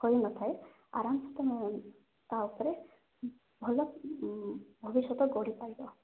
ହୋଇ ନଥାଏ ଆରାମସେ ତୁମେ ତା ଉପରେ ଭଲ ଭବିଷ୍ୟତ ଗଢ଼ିପାରିବ